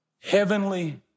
heavenly